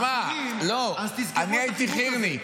תשמע, אני הייתי חי"רניק.